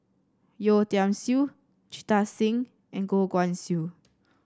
Yeo Tiam Siew Jita Singh and Goh Guan Siew